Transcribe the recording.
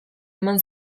eman